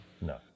No